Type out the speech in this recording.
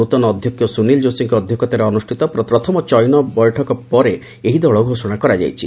ନୃତନ ଅଧ୍ୟକ୍ଷ ସ୍ରନୀଲ ଯୋଶୀଙ୍କ ଅଧ୍ୟକ୍ଷତାରେ ଅନ୍ଦୁଷ୍ଠିତ ପ୍ରଥମ ଚୟନ ବୈଠକ ପରେ ଏହି ଦଳ ଘୋଷଣା କରାଯାଇଛି